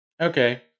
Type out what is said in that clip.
okay